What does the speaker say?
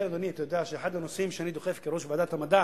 לכן, אדוני, אחד הנושאים שאני דוחף כראש ועדת המדע